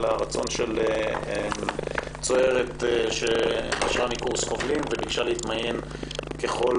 הרצון של צוערת שנשרה מקורס חובלים וביקשה להתמיין ככל